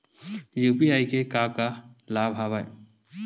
UPI के का का लाभ हवय?